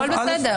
והכול בסדר.